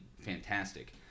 fantastic